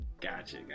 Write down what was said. gotcha